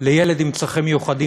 לילד עם צרכים מיוחדים,